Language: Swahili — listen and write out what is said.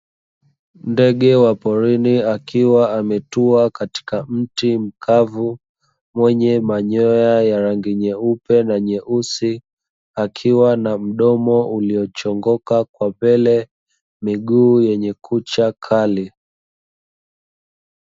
Ndege wa porini akiwa ametuwa katika miti mkavu, mwenye manyoya ya rangi nyeupe na nyeusi akiwa na mdomo uliochongoka kwa mbele na mguu wenye kucha kali.